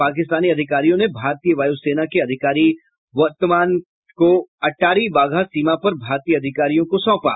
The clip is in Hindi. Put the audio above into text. पाकिस्तानी अधिकारियों ने भारतीय वायुसेना के अधिकारी वर्दमान को अटारी वाघा सीमा पर भारतीय अधिकारियों को सौंपा